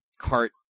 cart